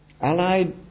Allied